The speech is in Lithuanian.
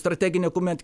strateginė kuomet